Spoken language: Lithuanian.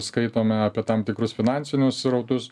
skaitome apie tam tikrus finansinius srautus